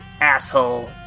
asshole